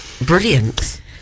brilliant